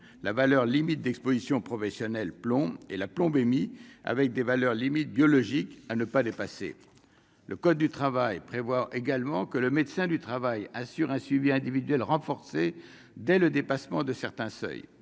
la valeur limite d'Exposition professionnelle plomb et la plombémie avec des valeurs limites biologiques à ne pas dépasser le code du travail prévoit également que le médecin du travail, assure un suivi individuel renforcé dès le dépassement de certains seuils